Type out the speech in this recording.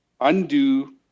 undo